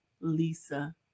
Lisa